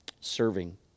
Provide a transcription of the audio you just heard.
serving